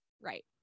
right